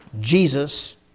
Jesus